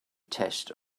test